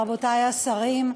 רבותי השרים,